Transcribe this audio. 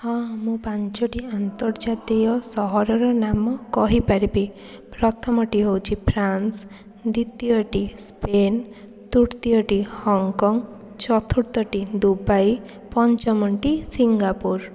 ହଁ ମୁଁ ପାଞ୍ଚଟି ଆନ୍ତର୍ଜାତିୟ ସହରର ନାମ କହିପାରିବି ପ୍ରଥମଟି ହେଉଛି ଫ୍ରାନ୍ସ ଦ୍ୱିତୀୟଟି ସ୍ପେନ୍ ତୃତୀୟଟି ହଙ୍କକଙ୍ଗ ଚତୁର୍ଥଟି ଦୁବାଇ ପଞ୍ଚମଟି ସିଙ୍ଗାପୁର